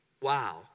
Wow